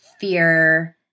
fear